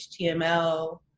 HTML